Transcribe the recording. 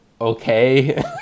okay